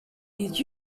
did